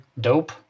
dope